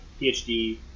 PhD